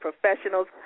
professionals